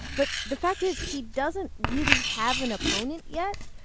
but the fact is he doesn't really have an opponent yet.